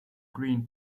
green